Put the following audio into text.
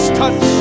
touch